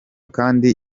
kandi